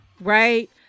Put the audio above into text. right